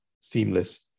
seamless